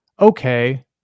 okay